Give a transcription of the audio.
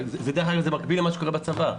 דרך אגב זה מקביל למה שקורה בצבא,